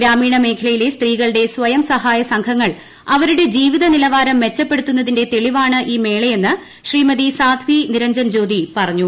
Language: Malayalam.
ഗ്രാമീണ മേഖലയിലെ സ്ത്രീകളുടെ സ്വയംസഹായസംഘങ്ങൾ അവരുടെ ജീവിത നിലവാരം മെച്ചപ്പെടുത്തുന്നതിന്റെ തെളിവാണ് ഈ മേളയെന്ന് ശ്രീമതി സാദ്വി നിരഞ്ജൻ ജ്യോതി പറഞ്ഞു